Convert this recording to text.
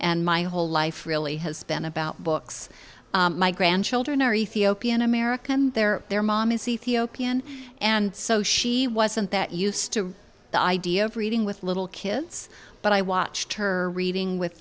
and my whole life really has been about books my grandchildren are ethiopian american their their mom is ethiopian and so she wasn't that used to the idea of reading with little kids but i watched her reading with